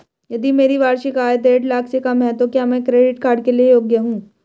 यदि मेरी वार्षिक आय देढ़ लाख से कम है तो क्या मैं क्रेडिट कार्ड के लिए योग्य हूँ?